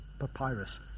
papyrus